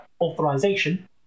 authorization